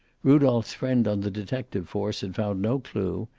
rudolph's friend on the detective force had found no clew,